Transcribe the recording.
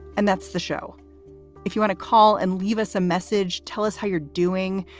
and that's the show if you want to call and leave us a message. tell us how you're doing.